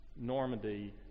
Normandy